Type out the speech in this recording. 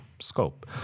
scope